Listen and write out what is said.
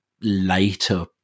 later